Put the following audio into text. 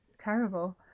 terrible